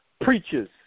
preachers